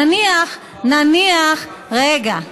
נניח, נניח, רגע.